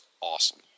awesome